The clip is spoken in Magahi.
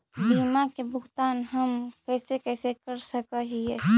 बीमा के भुगतान हम कैसे कैसे कर सक हिय?